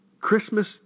Christmas